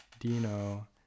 Dino